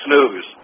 News